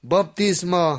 Baptisma